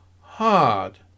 hard